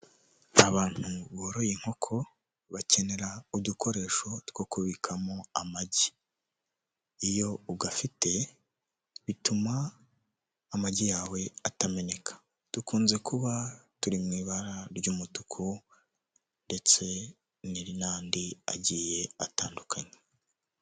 Abantu boroye inkoko bakenera udukoresho two kubikamo amagi iyo ugafite bituma amagi yawe atameneka dukunze kuba turi mwibara ry'umutuku ndetse niri nandi agiye atandukanye.